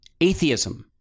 atheism